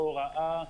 הוראה,